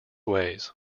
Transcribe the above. ways